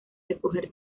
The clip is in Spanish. recoger